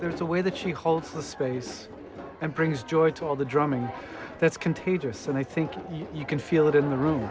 there's a way that she holds the space and brings joy to all the drumming that's contagious and i think you can feel it in the room